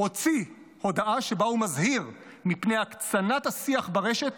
הוציא הודעה שבה הוא מזהיר מפני הקצנת השיח ברשת,